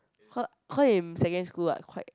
her her in secondary school eh quite